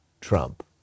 Trump